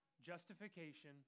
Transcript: justification